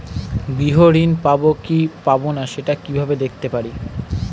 গৃহ ঋণ পাবো কি পাবো না সেটা কিভাবে দেখতে পারি?